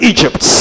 Egypt